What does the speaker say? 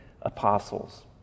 apostles